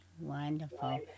Wonderful